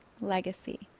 Legacy